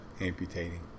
amputating